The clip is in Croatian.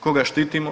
Koga štitimo?